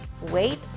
wait